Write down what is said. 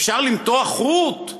אפשר למתוח חוט?